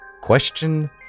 Question